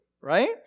right